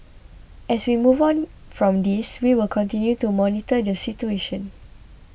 as we move on from this we will continue to monitor the situation